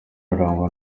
arangwa